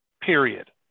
period